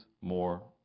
more